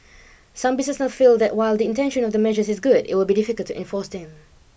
some businesses feel that while the intention of the measures is good it would be difficult to enforce them